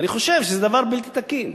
אני חושב שזה דבר בלתי תקין.